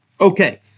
Okay